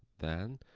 then,